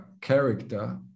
character